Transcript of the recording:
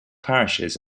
parishes